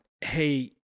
hey